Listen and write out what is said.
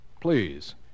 Please